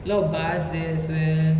a lot of bars there as well